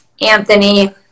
anthony